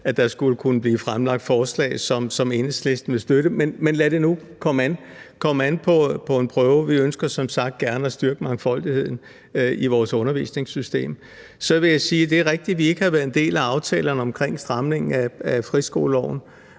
at der skulle kunne blive fremlagt forslag, som Enhedslisten vil støtte. Men lad det nu komme an på en prøve. Vi ønsker som sagt gerne at styrke mangfoldigheden i vores undervisningssystem. Så vil jeg sige, at det er rigtigt, at vi ikke har været en del af aftalerne omkring stramningen af friskoleloven.